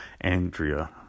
Andrea